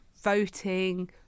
voting